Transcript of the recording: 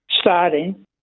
starting